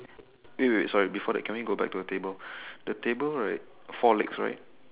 wait wait wait sorry before that can we go back to the table the table right four legs right